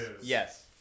yes